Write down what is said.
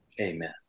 Amen